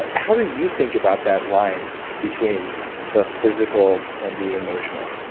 ah how do you think about that line between the physical and the emotional?